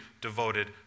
devoted